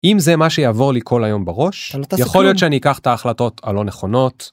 אם זה מה שיעבור לי כל היום בראש, -לא תעשה כלום. -יכול להיות שאני אקח את ההחלטות הלא נכונות.